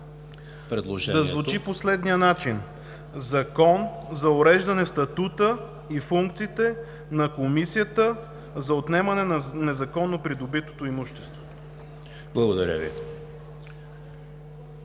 Да звучи по следния начин: „Закон за уреждане статута и функциите на Комисията за отнемане на незаконно придобитото имущество“.